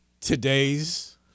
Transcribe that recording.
Today's